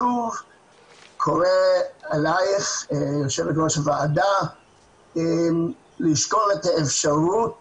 אני שוב קורא לך יושבת ראש הוועדה לשקול את האפשרות